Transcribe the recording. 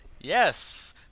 Yes